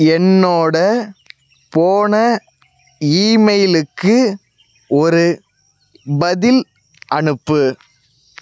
என்னோட போன ஈமெயிலுக்கு ஒரு பதில் அனுப்பு